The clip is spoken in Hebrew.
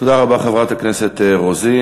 תודה רבה, חברת הכנסת רוזין.